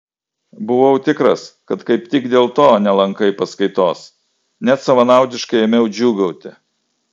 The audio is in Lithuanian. buvau tikras kad kaip tik dėl to nelankai paskaitos net savanaudiškai ėmiau džiūgauti